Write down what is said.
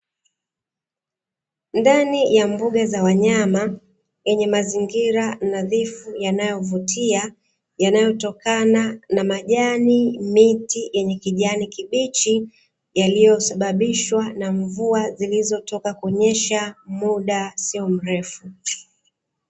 Ndani ya mbuga za wanyama yenye mazingira nadhifu yanayovutia, yanayotokana na majani, miti yenye kijani kibichi yaliyo sababishwa na mvua zilizotoka kunyesha muda sio mrefu.